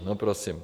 No prosím.